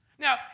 Now